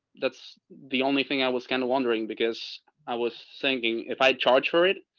that's the only thing i was kind of wondering, because i was thinking if i charge for it.